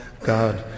God